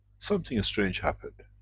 something strange happened.